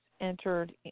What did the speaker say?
entered